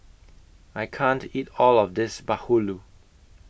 I can't eat All of This Bahulu